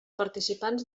participants